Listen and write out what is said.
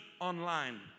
online